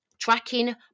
Tracking